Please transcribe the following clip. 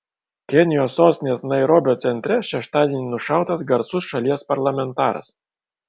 kenijos sostinės nairobio centre šeštadienį nušautas garsus šalies parlamentaras